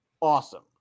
awesome